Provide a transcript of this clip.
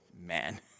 man